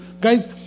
Guys